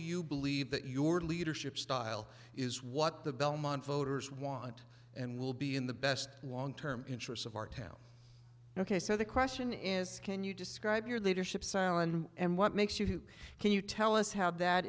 you believe that your leadership style is what the belmont voters want and will be in the best long term interests of our town ok so the question is can you describe your leadership style and and what makes you who can you tell us how that